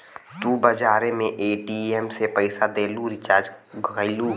तू बजारे मे ए.टी.एम से पइसा देलू, रीचार्ज कइलू